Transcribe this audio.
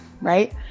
Right